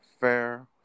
fair